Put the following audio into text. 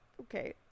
Okay